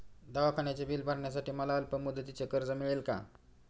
दवाखान्याचे बिल भरण्यासाठी मला अल्पमुदतीचे कर्ज मिळेल का?